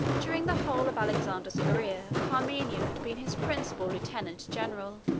during the whole of alexander's career parmenio had been his principal lieutenant general,